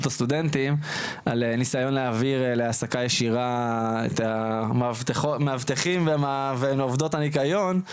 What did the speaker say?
הסטודנטים על ניסיון להעביר להעסקה ישירה את המאבטחים ועובדות הניקיון,